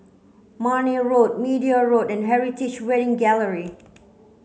Marne Road Media Road and Heritage Wedding Gallery